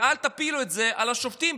ואל תפילו את זה על השופטים,